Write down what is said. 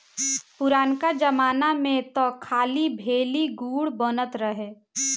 पुरनका जमाना में तअ खाली भेली, गुड़ बनत रहे